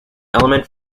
element